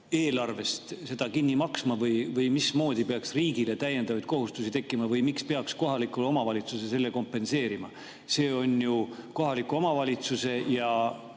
riigieelarvest seda tööd kinni maksma? Mismoodi peaks riigile täiendavaid kohustusi tekkima või miks peaks kohalikule omavalitsusele seda kompenseerima? See on ju kohaliku omavalitsuse ja